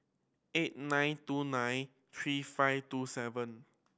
eight nine two nine three five two seven